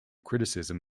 criticism